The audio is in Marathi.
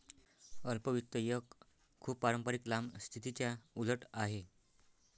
अल्प वित्त एक खूप पारंपारिक लांब स्थितीच्या उलट आहे